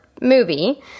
movie